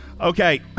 Okay